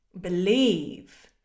believe